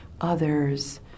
others